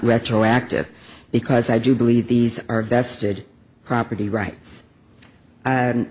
retroactive because i do believe these are vested property right